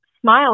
smile